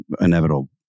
inevitable